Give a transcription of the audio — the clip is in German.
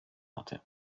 hatte